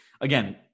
again –